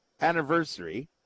anniversary